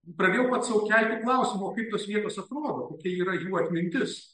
pradėjau pats sau kelti klausimą o kaip tos vietos atrodo kokia yra jų atmintis